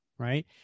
Right